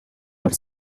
por